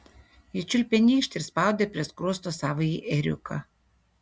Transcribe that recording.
ji čiulpė nykštį ir spaudė prie skruosto savąjį ėriuką